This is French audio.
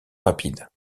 rapide